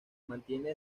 mantiene